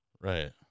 right